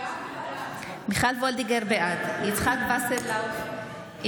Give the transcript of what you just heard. בעד יצחק שמעון וסרלאוף,